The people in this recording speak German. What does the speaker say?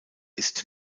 ist